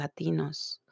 Latinos